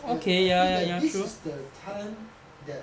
and I feel that this is the time that